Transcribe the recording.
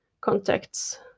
contacts